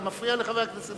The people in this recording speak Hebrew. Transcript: אתה מפריע לחבר הכנסת טיבי.